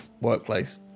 workplace